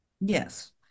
Yes